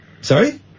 Sorry